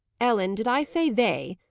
ellen, did i say they!